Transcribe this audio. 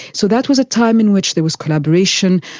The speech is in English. so that was a time in which there was collaboration,